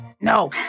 No